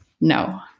no